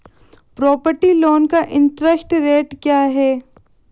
Property loan का interest rate क्या है?